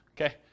Okay